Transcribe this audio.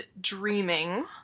dreaming